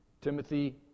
Timothy